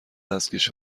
دستکش